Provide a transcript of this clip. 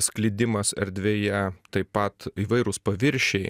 sklidimas erdvėje taip pat įvairūs paviršiai